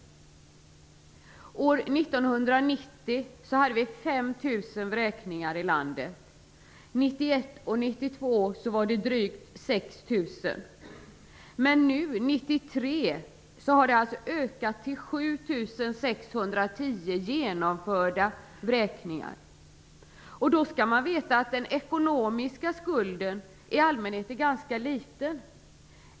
År 1990 hade vi 5 000 vräkningar i landet. Under 1991 och 1992 var det drygt 6 000 vräkningar per år. Nu har det ökat till 7 610 genomförda vräkningar under 1993. Då skall man veta att den ekonomiska skulden i allmänhet är ganska liten.